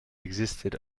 existed